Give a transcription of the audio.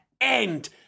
end